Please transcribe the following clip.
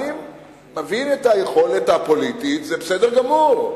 אני מבין את היכולת הפוליטית, זה בסדר גמור.